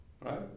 Right